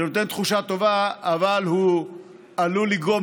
שנותן תחושה טובה אבל הוא עלול לגרום